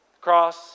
cross